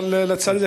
אבל לצערי,